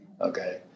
Okay